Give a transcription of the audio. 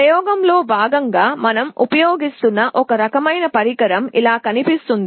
ప్రయోగంలో భాగంగా మనం ఉపయోగిస్తున్న ఒక రకమైన పరికరం ఇలా కనిపిస్తుంది